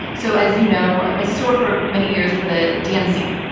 so as you know, my sister worked for many years for the dnc,